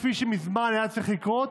כפי שמזמן היה צריך לקרות,